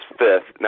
fifth